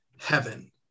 heaven